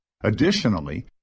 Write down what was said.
Additionally